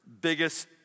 biggest